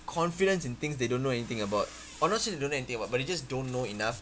confidence in things they don't know anything about or not say they don't know anything about but they just don't know enough